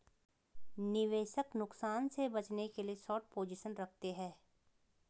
निवेशक नुकसान से बचने के लिए शार्ट पोजीशन रखते है